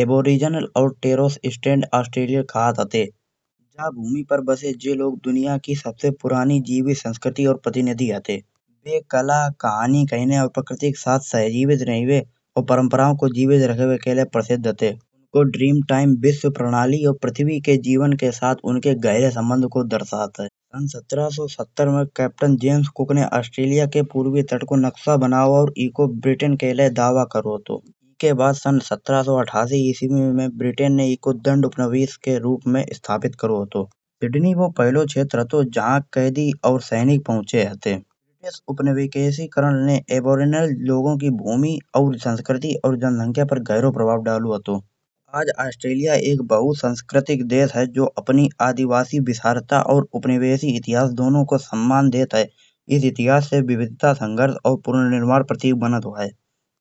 एवोरीजिनल और ऑस्ट्रेलिया कहत हते। जा भूमि पर बसे जे लोग दुनिया की सबसे पुरानी जीवित संस्कृति और प्रतिनिधि हते। जे कला कहानी और कहेने और प्राकृतिक साथ सहजीवित रहिबे और परंपराओं को जीवित राखबे के लाए प्रसिद्ध हते। ड्रीम टाइम विश्वप्रणाली और पृथ्वी के जीवन के साथ उनके गहरे संबंध को दर्शत है। सन सत्र सौ सत्तर में कैप्टन जेम्स कुक ने ऑस्ट्रेलिया के पूर्वी तट को नक्शा बनाो औऱ ईको ब्रिटेन के लाए दावा करो हतो। बा के बाद सन सत्र सौ अठहासी इसवी में ब्रिटेन ने ईको दंड उपनिवेश के रूप में स्थापित करो हतो। सिडनी बो पहला क्षेत्र हतो जहां कैदी और सैनिक पहुंचे हते। इस उपनिवेशीकरण लोग की भूमि और संस्कृति और जनसंख्या पर गहरे प्रभाव डालो हतो। आज ऑस्ट्रेलिया एक बहुसांस्कृतिक देश है जो अपनी आदिवासी विशेषता और उपनिवेशी इतिहास दोनों को सम्मान देत है। इस इतिहास से विविधता संघर्ष और पुनर्निर्माण प्रति बनत है।